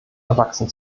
erwachsen